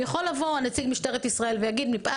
יכול לבוא נציג משטרת ישראל ולומר שמפאת